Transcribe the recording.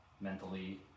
mentally